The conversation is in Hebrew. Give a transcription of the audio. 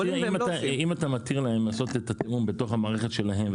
אם אתה מתיר להם לעשות את התיאום בתוך המערכת שלהם,